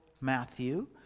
Matthew